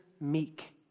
meek